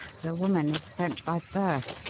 the woman is french by birth.